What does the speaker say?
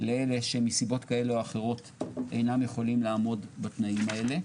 לאלה שמסיבות כאלו או אחרות אינם יכולים לעמוד בתנאים האלה,